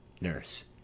Nurse